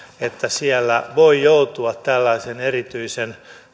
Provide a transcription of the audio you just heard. että siellä voi joutua tällaisen erityisen